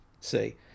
See